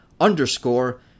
underscore